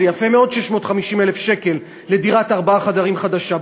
זה יפה מאוד, 650,000 שקל לדירת ארבעה חדרים חדשה.